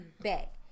back